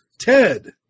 Ted